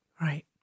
Right